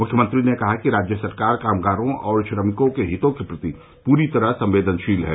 मुख्यमंत्री ने कहा कि राज्य सरकार कामगारों और श्रमिकों के हितों के प्रति पूरी तरह संवेदनशील है